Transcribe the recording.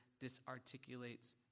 disarticulates